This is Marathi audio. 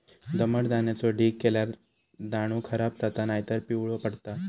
दमट धान्याचो ढीग केल्यार दाणो खराब जाता नायतर पिवळो पडता